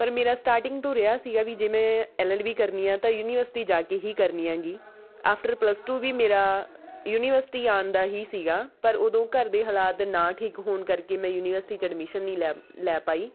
ਪਰ ਮੇਰਾ ਸਟਾਰਟਿੰਗ ਤੋਂ ਰਿਹਾ ਸੀਗਾ ਵੀ ਜੇ ਮੈਂ ਐੱਲ ਐੱਲ ਬੀ ਕਰਨੀ ਆ ਤਾਂ ਯੂਨੀਵਰਸਿਟੀ ਜਾ ਕੇ ਹੀ ਕਰਨੀ ਹੈਗੀ ਆਫਟਰ ਪਲੱਸ ਟੂ ਵੀ ਮੇਰਾ ਯੂਨੀਵਰਸਿਟੀ ਆਉਣ ਦਾ ਹੀ ਸੀਗਾ ਪਰ ਉਦੋਂ ਘਰ ਦੇ ਹਾਲਾਤ ਨਾ ਠੀਕ ਹੋਣ ਕਰਕੇ ਮੈਂ ਯੂਨੀਵਰਸਿਟੀ 'ਚ ਐਡਮਿਸ਼ਨ ਨਹੀਂ ਲੈ ਲੈ ਪਾਈ